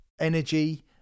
energy